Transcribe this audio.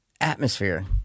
Atmosphere